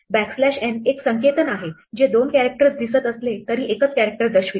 backslash n एक संकेतन आहे जे दोन कॅरेक्टर्स दिसत असले तरी एकच कॅरेक्टर दर्शवते